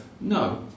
No